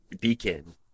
beacon